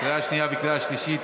בקריאה השנייה ובקריאה השלישית.